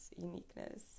uniqueness